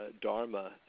dharma